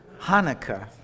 Hanukkah